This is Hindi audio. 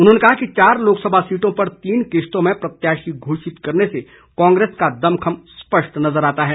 उन्होंने कहा कि चार लोकसभा सीटों पर तीन किश्तों में प्रत्याशी घोषित करने से कांग्रेस का दमखम स्पष्ट होता है